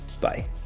bye